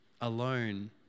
alone